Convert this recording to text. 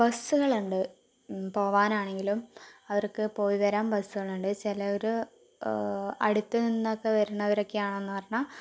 ബസ്സുകളുണ്ട് പോകുവാനാണെങ്കിലും അവർക്ക് പോയി വരാൻ ബസ്സുകളുണ്ട് ചിലവർ അടുത്തുനിന്നൊക്കെ വരുന്നവരൊക്കെയാണെന്ന് പറഞ്ഞാൽ